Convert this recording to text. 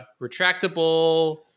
retractable